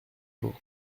vaux